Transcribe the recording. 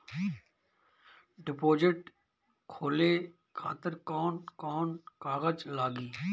Deposit खोले खातिर कौन कौन कागज लागी?